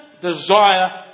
desire